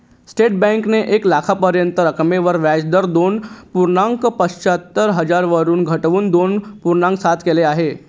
state बँकेने एक लाखापर्यंतच्या रकमेवर व्याजदर दोन पूर्णांक पंच्याहत्तर वरून घटवून दोन पूर्णांक सात केल आहे